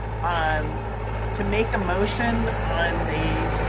um to make a motion on the,